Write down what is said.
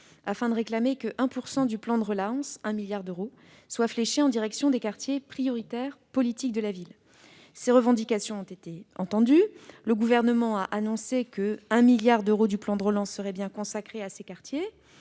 afin de réclamer que 1 % du plan de relance- un milliard d'euros -soit fléché en direction des quartiers prioritaires de la politique de la ville, ou QPPV. Ces revendications ont été entendues. Le Gouvernement a annoncé qu'un milliard d'euros du plan de relance serait bien consacré à ces quartiers